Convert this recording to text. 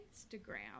Instagram